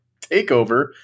takeover